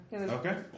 Okay